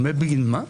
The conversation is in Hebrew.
אומר בגין: מה?